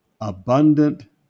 abundant